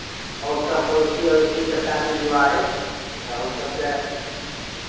आओर सभ पड़ोसी अड़ोसीके शादी विवाह अछि तऽ हमसभके